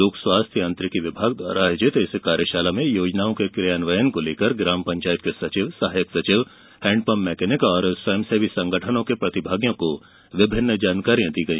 लोक स्वास्थ्य यांत्रिकी विभाग द्वारा आयोजित इस कार्यशाला में योजनाओं के क्रियान्वयन को लेकर ग्राम पंचायत के सचिव सहायक सचिव एवं हैंडपंप मैकेनिक एवं स्वयंसेवी संगठनों के प्रतिभागियों को जानकारी दी गई